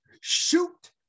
Shoot